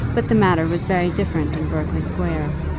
but the matter was very different in berkeley square.